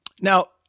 Now